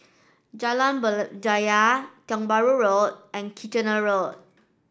Jalan Berjaya Tiong Bahru Road and Kitchener Road